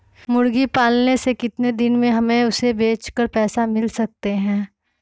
मुर्गी पालने से कितने दिन में हमें उसे बेचकर पैसे मिल सकते हैं?